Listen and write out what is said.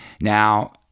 Now